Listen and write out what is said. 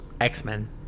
x-men